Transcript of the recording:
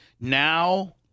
now